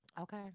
Okay